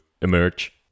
emerge